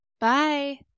Bye